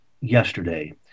yesterday